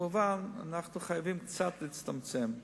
כמובן אנחנו חייבים קצת להצטמצם.